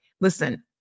listen